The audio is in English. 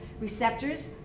receptors